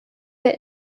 der